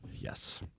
Yes